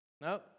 No